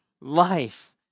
life